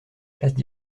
classes